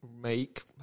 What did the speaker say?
make